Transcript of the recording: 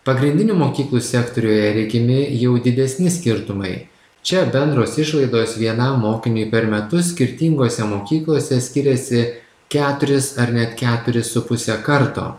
pagrindinių mokyklų sektoriuje regimi jau didesni skirtumai čia bendros išlaidos vienam mokiniui per metus skirtingose mokyklose skiriasi keturis ar net keturis su puse karto